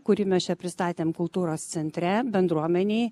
kūrį mes čia pristatėm kultūros centre bendruomenėj